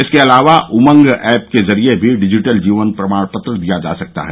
इसके अलावा उमंग ऐप के जरिए भी डिजिटल जीवन प्रमाणपत्र दिया जा सकता है